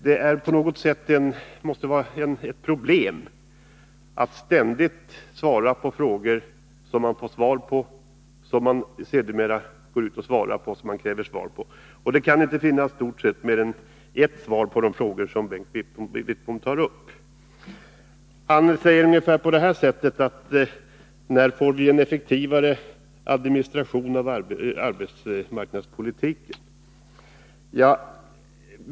Det måste på något sätt vara ett problem att man ställer frågor och begär svar på dem för att sedan bemöta beskeden och kräva ytterligare sådana. Det kan inte finnas mer än i stort sett ett svar på de frågor som Bengt Wittbom tar upp. Han säger ungefär på det här sättet: När får vi en effektivare administration av arbetsmarknadspolitiken?